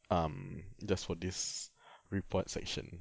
um just for this report section